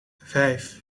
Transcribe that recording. vijf